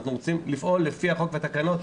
אנחנו רוצים לפעול לפי החוק והתקנות,